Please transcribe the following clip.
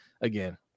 again